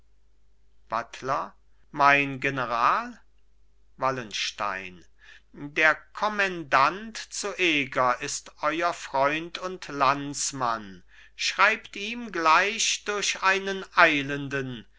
buttler mein general wallenstein der kommendant zu eger ist euer freund und landsmann schreibt ihm gleich durch einen eilenden